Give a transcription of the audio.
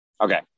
Okay